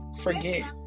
forget